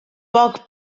poc